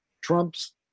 Trump's